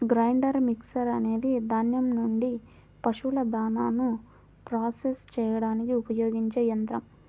grinder mixer అనేది ధాన్యం నుండి పశువుల దాణాను ప్రాసెస్ చేయడానికి ఉపయోగించే యంత్రం